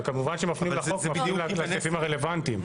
אבל כמובן שכשמפנים לחוק מפנים לסעיפים הרלוונטיים.